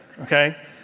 okay